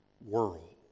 world